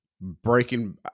Breaking